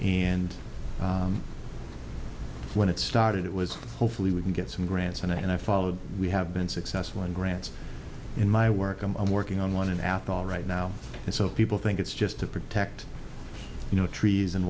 and when it started it was hopefully we can get some grants and i followed we have been successful in grants in my work i'm working on one at all right now and so people think it's just to protect you know trees and